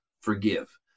forgive